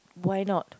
why not